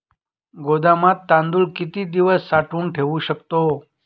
गोदामात तांदूळ किती दिवस साठवून ठेवू शकतो?